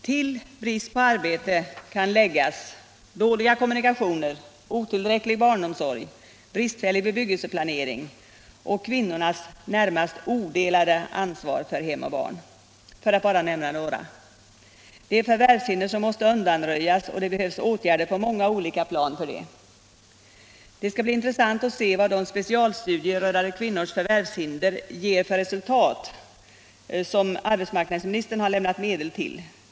Till bristen på arbete kan läggas dåliga kommunikationer, otillräcklig barnomsorg, bristfällig bebyggelseplanering och kvinnornas närmast odelade ansvar för hem och barn — för att här bara nämna några. Det är förvärvshinder som måste undanröjas, och för det behöver åtgärder vidtas på många olika plan. Det skall bli intressant att se vad de specialstudier rörande kvinnornas förvärvshinder, som arbetsmarknadsministern har lämnat medel till, ger för resultat.